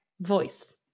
voice